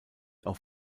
auch